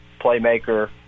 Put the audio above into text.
playmaker